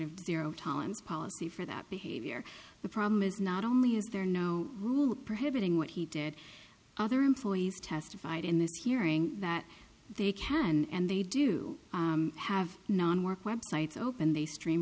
zero tolerance policy for that behavior the problem is not only is there no rule prohibiting what he did other employees testified in this hearing that they can and they do have non work websites open they stream